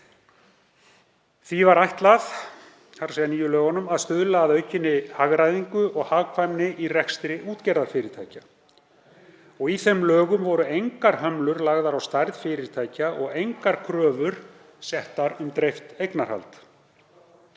Því var ætlað að stuðla að aukinni hagræðingu og hagkvæmni í rekstri útgerðarfyrirtækja. Í þeim lögum voru engar hömlur lagðar á stærð fyrirtækja og engar kröfur um dreift eignarhald.